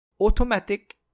automatic